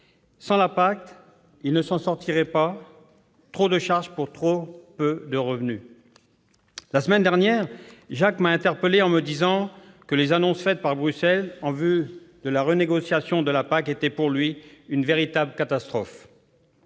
Sans la PAC, il ne s'en sortirait pas : trop de charges pour trop peu de revenus. La semaine dernière, Jacques m'a interpellé en me disant que les annonces de Bruxelles en vue de la renégociation de la PAC étaient pour lui une véritable catastrophe.